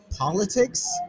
Politics